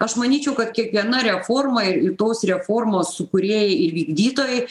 aš manyčiau kad kiekviena reforma ir tos reformos sukūrėjai ir vykdytojai